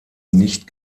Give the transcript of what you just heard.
nicht